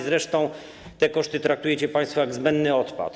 Zresztą te koszty traktujecie państwo jak zbędny odpad.